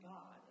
God